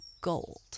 gold